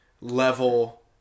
level